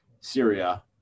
Syria